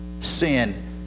Sin